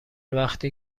وقتی